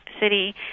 city